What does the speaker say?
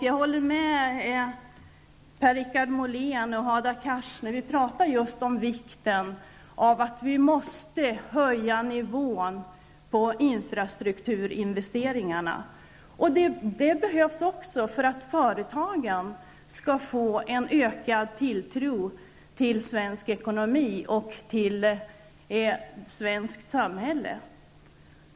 Jag håller med Per Richard Molén och Hadar Cars när de talar just om vikten av att höja nivån på infrastrukturinvesteringarna. Det behövs också för att företagen skall få en ökad tilltro till svensk ekonomi och till svenskt samhälle.